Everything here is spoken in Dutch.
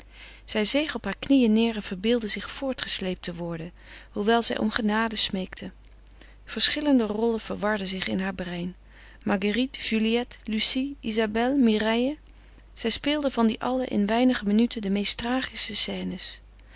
zij zeeg op hare knieën neêr en verbeeldde zich voortgesleept te worden hoewel zij om genade smeekte verschillende rollen verwarden zich in haar brein marguérite juliette lucie isabelle mireille zij speelde van die allen in weinige minuten de meest tragische scènes